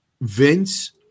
Vince